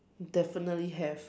definitely have